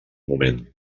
moment